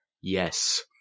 yes